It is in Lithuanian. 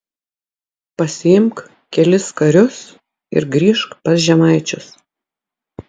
pasiimk kelis karius ir grįžk pas žemaičius